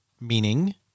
meaning